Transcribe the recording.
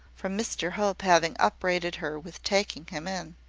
from mr hope having upbraided her with taking him in.